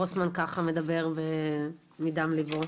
במשרד הבריאות אין נתונים ברמת בית ספר.